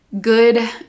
Good